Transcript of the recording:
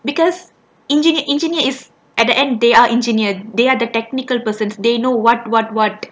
because engineer engineer is at the end they are engineered they are the technical person they know what what what